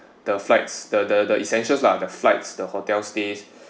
the flights the the the essential lah the flights the hotel's stays